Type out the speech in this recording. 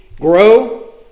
grow